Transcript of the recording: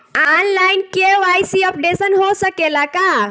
आन line KYC updation हो सकेला का?